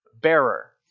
bearer